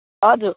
हजुर